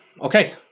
okay